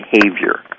behavior